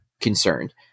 Concerned